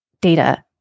Data